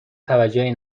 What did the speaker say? توجهی